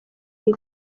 iyi